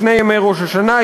שני ימי ראש השנה,